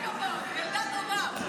כל הכבוד, ילדה טובה.